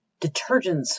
detergents